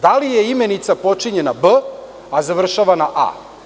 Da li imenica počinje na B a završava na A?